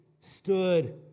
stood